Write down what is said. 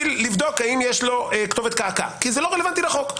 לבדוק האם יש לו כתובת קעקע כי זה לא רלוונטי לחוק.